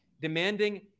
demanding